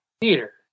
theater